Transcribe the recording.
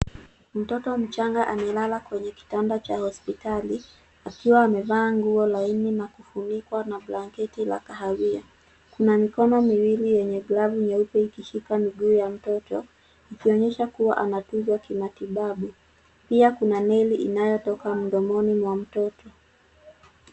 Mtoto mchanga amelala kwenye kitanda Cha hospitali, akiwa amevaa nguo laini na kufunikwa na blanketi la kahawia. Kuna mikono miwili yenye glavu nyeupe ikishika miguu ya mtoto ikionyesha kuwa anatunzwa ki matibabu pia Kuna neli inayotoka mdomoni mwa mtoto.